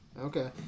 Okay